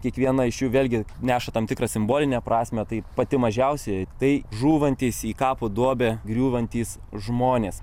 kiekviena iš jų vėlgi neša tam tikrą simbolinę prasmę tai pati mažiausioji tai žūvantys į kapo duobę griūvantys žmonės